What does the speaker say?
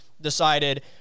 decided